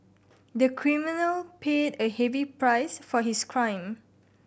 the criminal paid a heavy price for his crime